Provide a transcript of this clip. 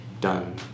Done